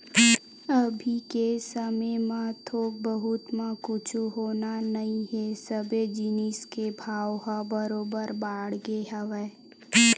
अभी के समे म थोक बहुत म कुछु होना नइ हे सबे जिनिस के भाव ह बरोबर बाड़गे हवय